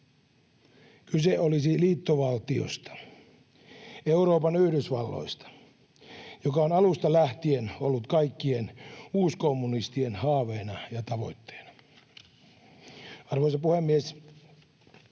Kyse olisi liittovaltiosta, Euroopan yhdysvalloista, joka on alusta lähtien ollut kaikkien uuskommunistien haaveena ja tavoitteena. Arvoisa puhemies!